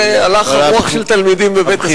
זה הלך הרוח של תלמידים בבית-הספר.